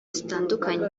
zitandukanye